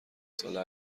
ساله